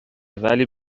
ولی